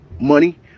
money